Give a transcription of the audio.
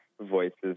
voices